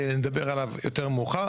נדבר עליו יותר מאוחר,